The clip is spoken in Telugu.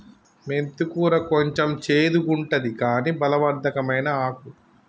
మెంతి కూర కొంచెం చెడుగుంటది కని బలవర్ధకమైన ఆకు